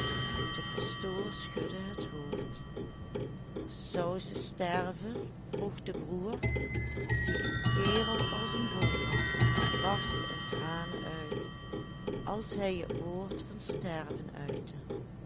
de pastoor schudde het hoofd zou ze sterven vroeg de broer die een kerel als een boom was en barstte in tranen uit als hij het woord van sterven uitte